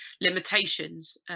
limitations